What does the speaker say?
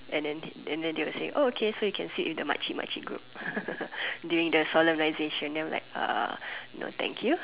and then and then they will say okay you can sit with the macik macik group during the solemnization then I'm like no thank you